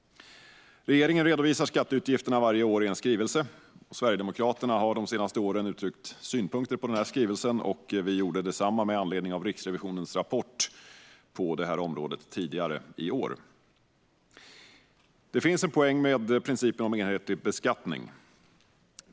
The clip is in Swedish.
Regeringen redovisar skatteutgifterna varje år i en skrivelse. Sverigedemokraterna har de senaste åren uttryckt synpunkter på skrivelsen. Vi gjorde detsamma med anledning av Riksrevisionens rapport på området tidigare i år. Det finns en poäng med principen om enhetlig beskattning.